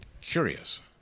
curious